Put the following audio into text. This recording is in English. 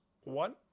One